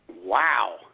Wow